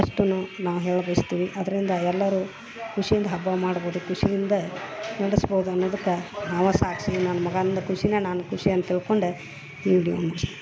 ಅಷ್ಟುನು ನಾವು ಹೇಳಿ ಬಯ್ಸ್ತಿವಿ ಅದರಿಂದ ಎಲ್ಲರು ಖುಷಿಯಿಂದ ಹಬ್ಬ ಮಾಡ್ಬೋದು ಖುಷಿಯಿಂದ ನಡಸ್ಬೋದು ಅನ್ನೋದಕ್ಕೆ ನಾವು ಸಾಕ್ಷಿ ನನ್ನ ಮಗಾಂದ ಖುಷಿನೆ ನನ್ನ ಖುಷಿ ಅಂತ ತಿಳ್ಕೊಂಡು ಮುಗ್ಸಿ